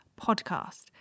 podcast